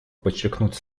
подчеркнуть